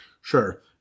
Sure